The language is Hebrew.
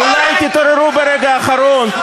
אולי תתעוררו ברגע האחרון,